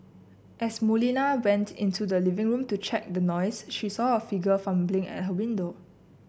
as Molina went into the living room to check out the noise she saw a figure fumbling at her window